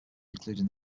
including